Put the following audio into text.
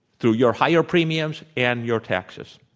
through your higher premiums and your taxes.